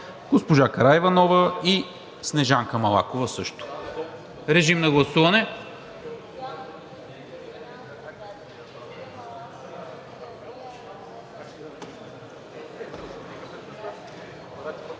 госпожа Караиванова и Снежанка Малакова също. Режим на гласуване.